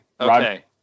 okay